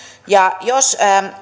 jos